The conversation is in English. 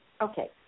Okay